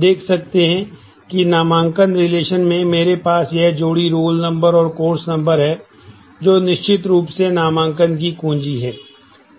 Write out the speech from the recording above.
आप देख सकते हैं कि नामांकन रिलेशन में मेरे पास यह जोड़ी रोल नंबर और कोर्स नंबर है जो निश्चित रूप से नामांकन की कुंजी है